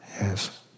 Yes